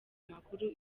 amakuru